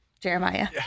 Jeremiah